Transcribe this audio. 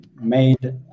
made